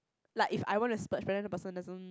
like if I want to splurge but then the person doesn't